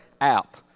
app